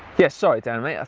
yes, sorry damn it, yeah